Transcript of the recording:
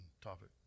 topic